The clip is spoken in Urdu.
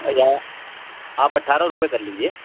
یا آپ اٹھارہ روپے کر لیجیے